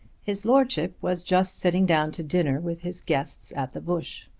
his lordship was just sitting down to dinner with his guests at the bush.